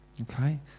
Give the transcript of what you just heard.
okay